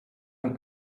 een